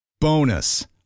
Bonus